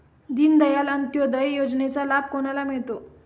दीनदयाल अंत्योदय योजनेचा लाभ कोणाला मिळतो?